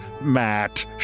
Matt